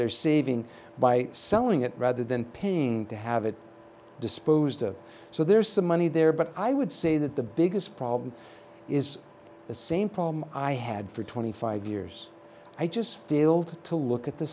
they're saving by selling it rather than paying to have it disposed of so there's some money there but i would say that the biggest problem is the same problem i had for twenty five years i just filled to look at the